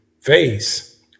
face